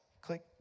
click